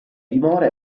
dimora